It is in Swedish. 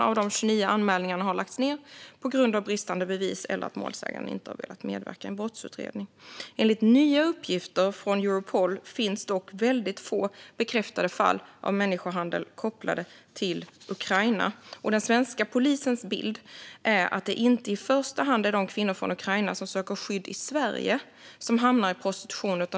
Av de 29 anmälningarna har 21 lagts ned på grund av bristande bevis eller att målsäganden inte har velat medverka i en brottsutredning. Enligt nya uppgifter från Europol finns dock väldigt få bekräftade fall av människohandel kopplade till Ukraina. Den svenska polisens bild är också att det inte i första hand är de ukrainska kvinnor som söker skydd i Sverige som hamnar i prostitution.